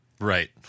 Right